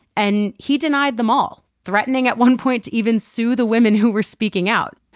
and he denied them all, threatening, at one point, to even sue the women who were speaking out.